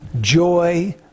joy